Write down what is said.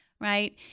right